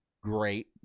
great